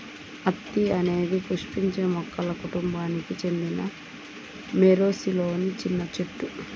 అత్తి అనేది పుష్పించే మొక్కల కుటుంబానికి చెందిన మోరేసిలోని చిన్న చెట్టు